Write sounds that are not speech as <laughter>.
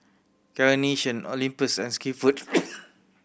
Carnation Olympus and Skinfood <noise>